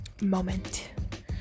moment